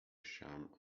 شمع